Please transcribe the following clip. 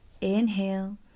inhale